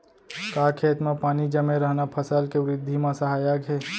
का खेत म पानी जमे रहना फसल के वृद्धि म सहायक हे?